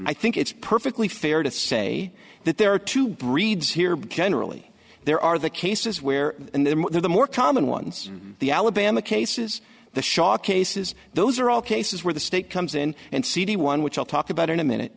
i think it's perfectly fair to say that there are two breeds here but can really there are the cases where there are more common ones the alabama case is the shock cases those are all cases where the state comes in and cd one which i'll talk about in a minute